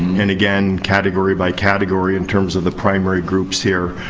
and, again, category by category in terms of the primary groups here,